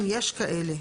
אם יש כאלה,